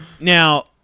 Now